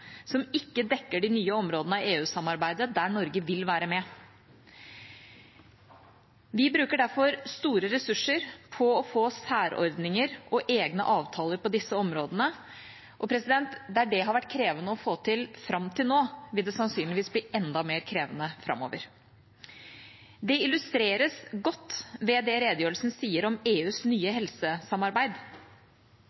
som ikke dekker de nye områdene av EU-samarbeidet der Norge vil være med. Vi bruker derfor store ressurser på å få særordninger og egne avtaler på disse områdene. Der det har vært krevende å få til fram til nå, vil det sannsynligvis bli enda mer krevende framover. Det illustreres godt ved det redegjørelsen sier om EUs nye